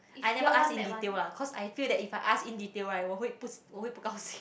I never ask in detail lah because I feel that if I ask in detail right 我会我会不高兴